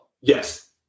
Yes